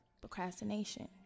procrastination